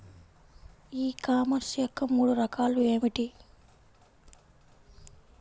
ఈ కామర్స్ యొక్క మూడు రకాలు ఏమిటి?